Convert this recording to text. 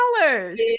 dollars